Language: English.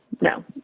no